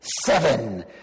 Seven